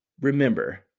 Remember